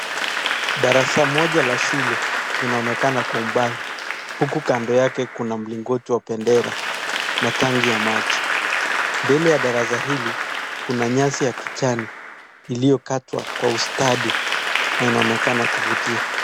Darasa moja la shule linaonekana kwa umbali huku kando yake kuna mlingoti wa bendera na tanki ya maji, mbele ya darasa hili kuna nyasi ya kijani iliyokatwa kwa ustadi na inaonekana kuvutia.